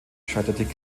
scheitert